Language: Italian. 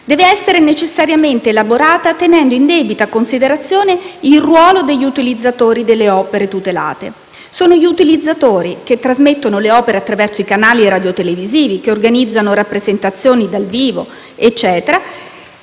deve essere necessariamente elaborata tenendo in debita considerazione il ruolo degli utilizzatori delle opere tutelate. Sono gli utilizzatori che trasmettono le opere attraverso i canali radiotelevisivi, che organizzano rappresentazioni dal vivo e